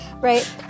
Right